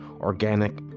organic